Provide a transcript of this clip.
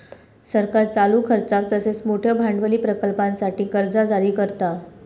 सरकार चालू खर्चाक तसेच मोठयो भांडवली प्रकल्पांसाठी कर्जा जारी करता